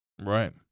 right